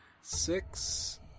six